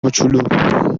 موچولو